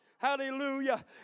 Hallelujah